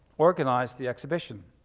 organized the exhibition.